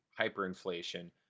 hyperinflation